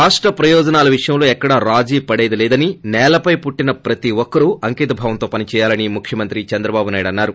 రాష్ణ ప్రయోజనాల విషయంలో ఎక్కడా రాజీ పడలేదని నేలపై పుట్టిన ప్రతి ఒక్కర్లు అంకితభావంతో పనిచేయాలని ముఖ్యమంత్రి చంద్రబాబు నాయుడు అన్నారు